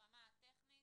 ברמה הטכנית,